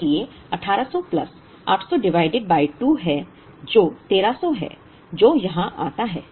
इसलिए 1800 plus 800 divided by 2 है जो 1300 है जो यहां आता है